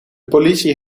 politie